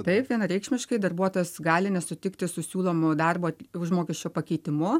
taip vienareikšmiškai darbuotojas gali nesutikti su siūlomu darbo užmokesčio pakeitimu